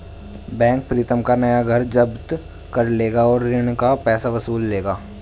bank Pritam का नया घर जब्त कर लेगा और ऋण का पैसा वसूल लेगा